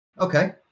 Okay